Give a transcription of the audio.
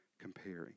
comparing